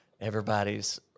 everybody's